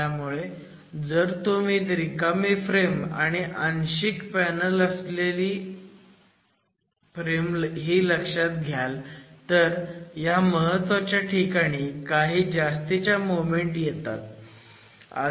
त्यामुळे जर तुम्ही रिकामी फ्रेम आणि आंशिक पॅनल असलेली फ्रेम ही लक्षात घ्याल तर ह्या महत्वाच्या ठिकाणी काही जास्तीच्या मोमेंट येतात